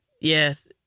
Yes